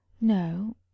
no